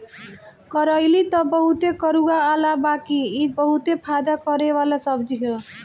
करइली तअ बहुते कड़ूआला बाकि इ बहुते फायदा करेवाला सब्जी हअ